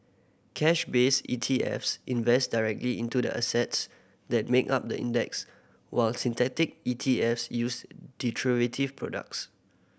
cash based E T Fs invest directly into the assets that make up the index while synthetic E T Fs use derivative products